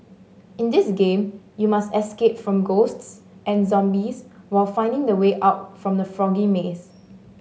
in this game you must escape from ghosts and zombies while finding the way out from the foggy maze